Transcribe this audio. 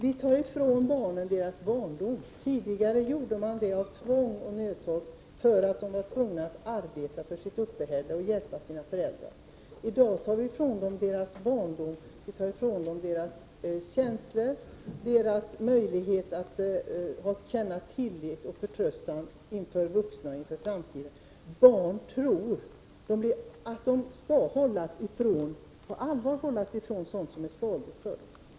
Man tar ifrån barnen deras barndom. Tidigare gjorde man det av nödtorft, för att de var tvungna att arbeta för sitt uppehälle och hjälpa sina föräldrar. I dag tar vi ifrån dem deras barndom, genom att vi tar ifrån dem deras känslor, deras möjlighet att känna tillit och förtröstan inför vuxna och inför framtiden. Barn tror att de på allvar skall hållas ifrån sådant som är skadligt för dem.